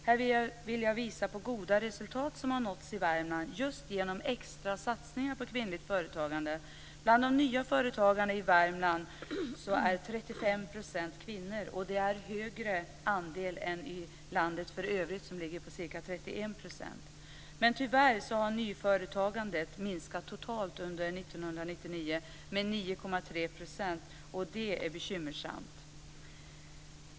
Här vill jag visa på goda resultat som har nåtts i Värmland just genom extra satsningar på kvinnligt företagande. Bland de nya företagarna i Värmland är 35 % kvinnor. Det är högre andel än i landet i övrigt som ligger på ca 31 %. Tyvärr har nyföretagandet minskat totalt under 1999 med 9,3 %. Det är bekymmersamt.